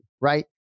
right